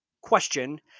question